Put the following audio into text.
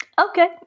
okay